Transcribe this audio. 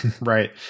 Right